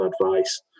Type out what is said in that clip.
advice